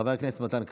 חבר הכנסת מתן כהנא.